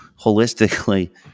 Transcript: holistically